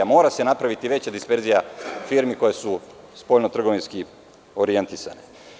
Mora se napraviti veća disperzija firmi koje su spoljno-trgovinski orijentisane.